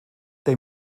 they